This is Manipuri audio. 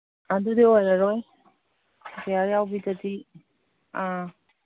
ꯑꯗꯨꯗꯤ ꯑꯣꯏꯔꯔꯣꯏ ꯒ꯭ꯌꯥꯔ ꯌꯥꯎꯕꯤꯗꯗꯤ ꯑꯥ